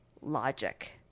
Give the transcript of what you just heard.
logic